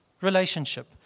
relationship